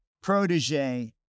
protege